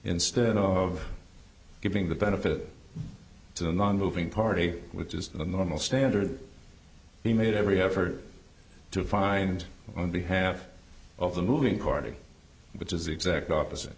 instead of giving the benefit to the nonmoving party which is the normal standard he made every effort to find on behalf of the moving party which is the exact opposite